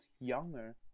younger